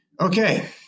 Okay